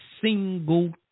single